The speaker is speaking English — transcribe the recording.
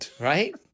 right